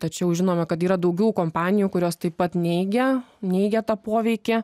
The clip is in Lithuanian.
tačiau žinome kad yra daugiau kompanijų kurios taip pat neigia neigia tą poveikį